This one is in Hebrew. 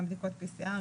גם בדיקות PCR,